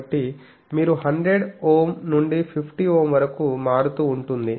కాబట్టి మీరు 100 నుండి 50Ω వరకు మారుతూ ఉంటుంది